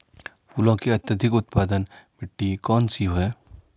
फूलों की अत्यधिक उत्पादन मिट्टी कौन सी है?